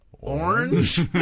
orange